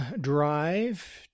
drive